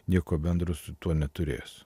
nieko bendro su tuo neturės